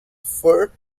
fur